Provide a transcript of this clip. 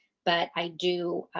but i do